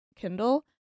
Kindle